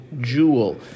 jewel